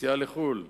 (יציאה לחוץ-לארץ),